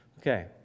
Okay